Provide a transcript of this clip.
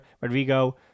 Rodrigo